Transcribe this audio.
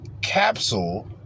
Capsule